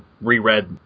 reread